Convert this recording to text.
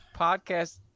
Podcast